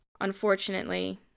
Unfortunately